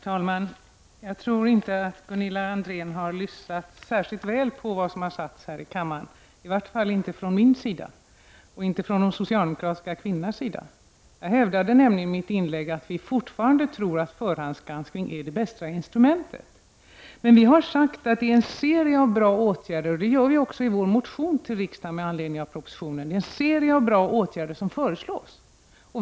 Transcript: Herr talman! Jag tror inte att Gunilla André har lyssnat särskilt väl på vad som sagts här i kammaren, i varje fall inte från min och de socialdemokratiska kvinnornas sida. Jag hävdade nämligen i mitt inlägg att vi fortfarande tror att förhandsgranskning är det bästa instrumentet. Men vi har sagt — och det gjorde vi också i vår motion med anledning av propositionen — att det är en serie av bra åtgärder som föreslås.